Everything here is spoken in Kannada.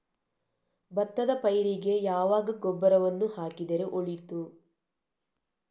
ಭತ್ತದ ಪೈರಿಗೆ ಯಾವಾಗ ಗೊಬ್ಬರವನ್ನು ಹಾಕಿದರೆ ಒಳಿತು?